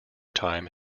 time